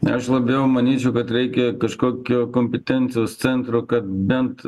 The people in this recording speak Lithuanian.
aš labiau manyčiau kad reikia kažkokio kompetencijos centro kad bent